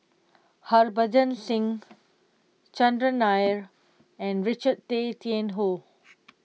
Harbans Singh Chandran Nair and Richard Tay Tian Hoe